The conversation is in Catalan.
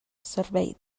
servei